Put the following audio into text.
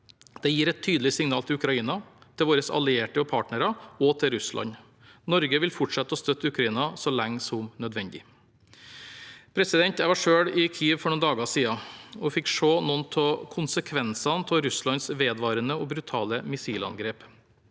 Det gir et tydelig signal til Ukraina, til våre allierte og partnere, og til Russland. Norge vil fortsette å støtte Ukraina så lenge som nødvendig. Jeg var selv i Kyiv for noen dager siden og fikk se noen av konsekvensene av Russlands vedvarende og brutale missilangrep.